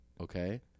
okay